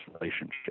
relationship